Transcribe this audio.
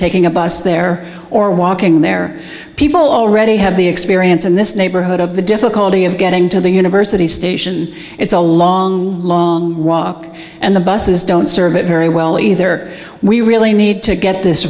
taking a bus there or walking there people already have the experience in this neighborhood of the difficulty of getting to the university station it's a long long walk and the buses don't serve it very well either we really need to get this